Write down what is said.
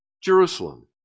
Jerusalem